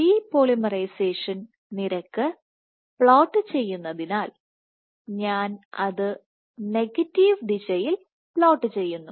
depolymerisation നിരക്ക് plot ചെയ്യുന്നതിനാൽ ഞാൻ അത് നെഗറ്റീവ് ദിശയിൽ പ്ലോട്ട് ചെയ്യുന്നു